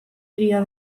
egia